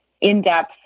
in-depth